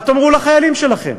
מה תאמרו לחיילים שלכם?